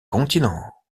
continent